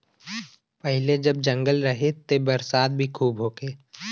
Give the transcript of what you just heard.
पहिले जब जंगल रहे त बरसात भी खूब होखे